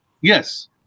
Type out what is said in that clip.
Yes